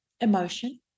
emotion